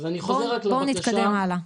בואו נתקדם הלאה.